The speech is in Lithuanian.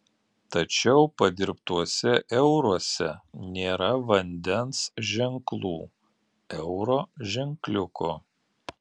tačiau padirbtuose euruose nėra vandens ženklų euro ženkliuko